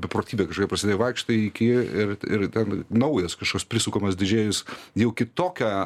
beprotybė kažkokia pasivaikštai iki ir ir ten naujas kažkoks prisukamas didžėjus jau kitokia